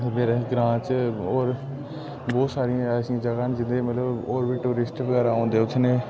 मेरे ग्रांऽ च होर बहोत सारियां ऐसियां जगहां न जि'त्थें मतलब होर बी टूरिस्ट बगैरा औंदे उ'त्थें नेह